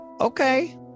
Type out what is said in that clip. Okay